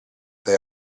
they